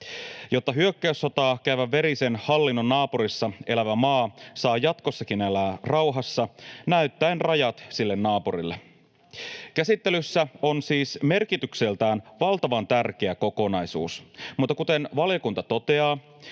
jotta hyökkäyssotaa käyvän verisen hallinnon naapurissa elävä maa saa jatkossakin elää rauhassa näyttäen rajat sille naapurille. Käsittelyssä on siis merkitykseltään valtavan tärkeä kokonaisuus, mutta kuten valiokunta toteaa,